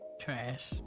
Trash